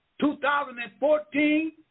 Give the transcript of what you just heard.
2014